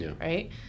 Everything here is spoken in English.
right